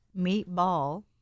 meatball